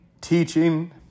teaching